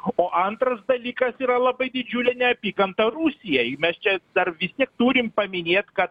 o antras dalykas yra labai didžiulė neapykanta rusijai mes čia dar vis tiek turim paminėt kad